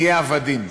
נהיה עבדים.